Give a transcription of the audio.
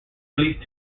released